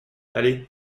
allez